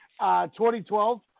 2012